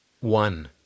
One